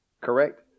Correct